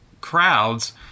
crowds